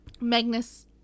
Magnus